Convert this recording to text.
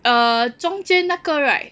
uh 中间那个 right